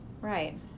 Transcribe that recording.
Right